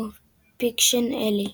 או "פיקשן־אלי".